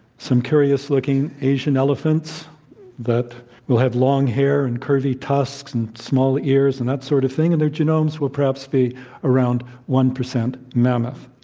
some curious looking asian elephants that will have long hair and curvy tusks and small ears and that sort of thing, and their genomes will perhaps be around one percent mammoth.